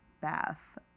bath